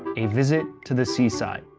a visit to the seaside.